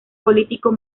político